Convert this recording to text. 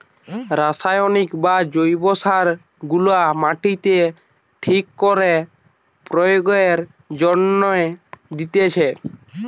রাসায়নিক বা জৈব সার গুলা মাটিতে ঠিক করে প্রয়োগের জন্যে দিতেছে